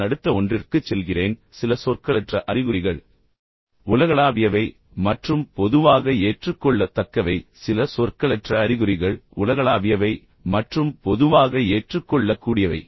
நான் அடுத்த ஒன்றிற்குச் செல்கிறேன் சில சொற்களற்ற அறிகுறிகள் உலகளாவியவை மற்றும் பொதுவாக ஏற்றுக்கொள்ளத்தக்கவை சில சொற்களற்ற அறிகுறிகள் உலகளாவியவை மற்றும் பொதுவாக ஏற்றுக்கொள்ளக்கூடியவை